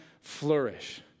flourish